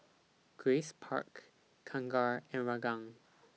Grace Park Kangkar and Ranggung